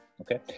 Okay